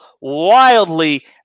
wildly